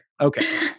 okay